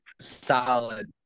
solid